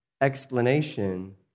explanation